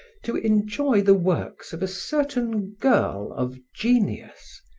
to enjoy the works of a certain girl of genius,